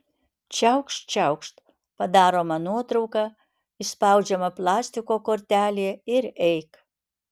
čiaukšt čiaukšt padaroma nuotrauka išspaudžiama plastiko kortelė ir eik